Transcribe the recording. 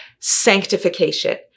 sanctification